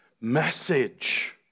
message